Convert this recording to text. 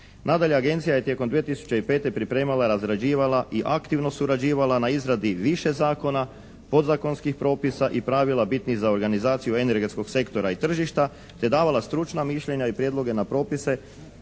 Nadalje, Agencija je tijekom 2005. pripremala i razrađivala i aktivno surađivala na izradi više zakona, podzakonskih propisa i pravila bitnih za organizaciju energetskog sektora i tržišta te davala stručna mišljenja i prijedloge na propise